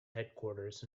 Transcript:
headquarters